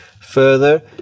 further